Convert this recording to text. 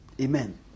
Amen